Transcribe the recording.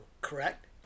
correct